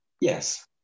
yes